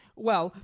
well,